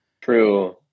true